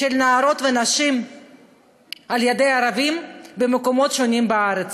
של נערות ונשים על-ידי ערבים במקומות שונים בארץ.